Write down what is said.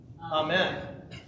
amen